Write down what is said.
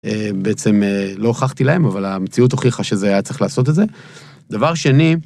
בעצם לא הוכחתי להם, אבל המציאות הוכיחה שזה היה צריך לעשות את זה. דבר שני...